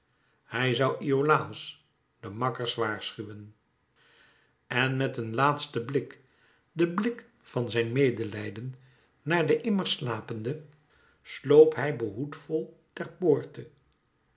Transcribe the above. hij zoû iolàos de makkers waarschuwen en met een laatsten blik den blik van zijn medelijden naar de immer slapende sloop hij behoedvol ter poorte